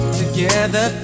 together